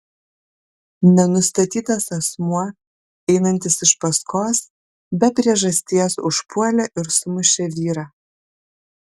nenustatytas asmuo einantis iš paskos be priežasties užpuolė ir sumušė vyrą